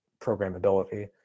programmability